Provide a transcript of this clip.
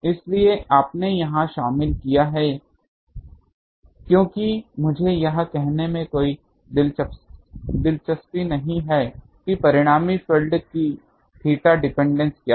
इसलिए आपने यहां शामिल किया है क्योंकि मुझे यह कहने में कोई दिलचस्पी नहीं है कि परिणामी फील्ड की थीटा डिपेंडेंस क्या है